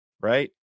right